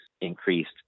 increased